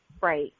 right